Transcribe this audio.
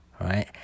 right